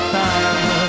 time